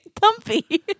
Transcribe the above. comfy